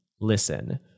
Listen